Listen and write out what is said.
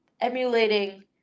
emulating